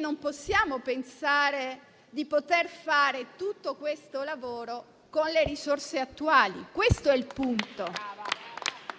Non possiamo pensare infatti di poter fare tutto questo lavoro con le risorse attuali: questo è il punto.